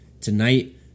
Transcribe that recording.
Tonight